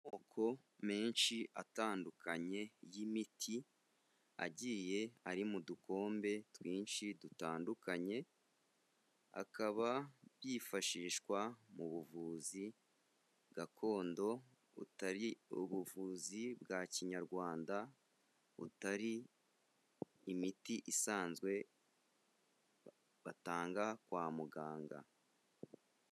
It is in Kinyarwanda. Amoko menshi atandukanye y'imiti agiye ari mu dukombe twinshi dutandukanye, akaba yifashishwa mu buvuzi gakondo butari ubuvuzi bwa kinyarwanda, butari imiti isanzwe batanga kwa muganga.